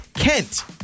Kent